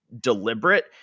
deliberate